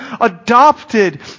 Adopted